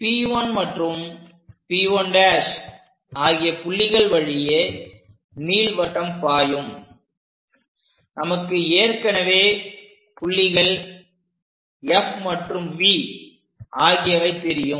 P1 மற்றும் P 1' ஆகிய புள்ளிகள் வழியே நீள்வட்டம் பாயும் நமக்கு ஏற்கனவே புள்ளிகள் F மற்றும் V ஆகியவை தெரியும்